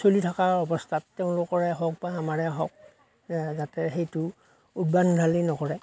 চলি থকাৰ অৱস্থাত তেওঁলোকৰে হওক বা আমাৰে হওক যাতে সেইটো উদ্ভণ্ডালি নকৰে